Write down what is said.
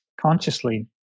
consciously